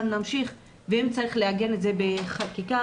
אם צריך לעגן את זה בחקיקה,